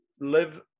live